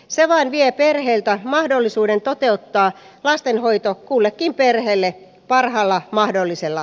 sananvie perheeltä mahdollisuuden toteuttaa lastenhoito kullekin perheelle parhaalla mahdollisella